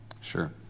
Sure